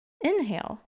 Inhale